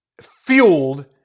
fueled